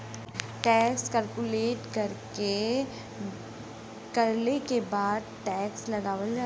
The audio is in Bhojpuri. टैक्स कैलकुलेट करले के बाद टैक्स लगावल जाला